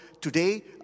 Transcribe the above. today